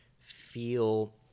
feel